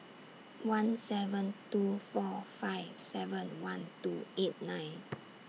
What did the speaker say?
one seven two four five seven one two eight nine